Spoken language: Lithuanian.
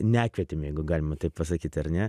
nekvietėm jeigu galima taip pasakyti ar ne